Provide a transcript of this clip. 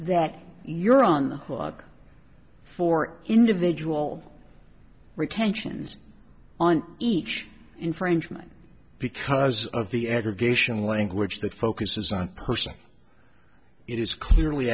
that you're on the hook for individual retentions on each infringement because of the aggregation language that focuses on a person it is clearly